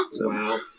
Wow